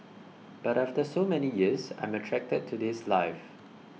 but after so many years I'm attracted to this life